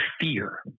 Fear